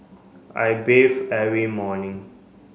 I bathe every morning